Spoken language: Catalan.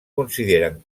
consideren